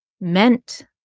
meant